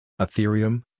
Ethereum